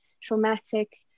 traumatic